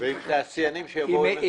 ועם תעשיינים שיבואו עם תוכנית.